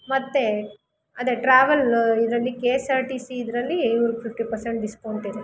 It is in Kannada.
ಮತ್ತು ಅದೇ ಟ್ರಾವೆಲ್ ಇದರಲ್ಲಿ K S R T C ಇದರಲ್ಲಿ ಇವ್ರಿಗೆ ಫಿಫ್ಟಿ ಪರ್ಸೆಂಟ್ ಡಿಸ್ಕೌಂಟಿರುತ್ತೆ